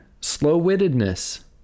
Slow-wittedness